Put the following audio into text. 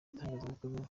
itangazamakuru